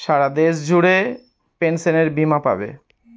সারা দেশ জুড়ে পেনসনের বীমা পাবে